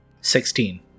Sixteen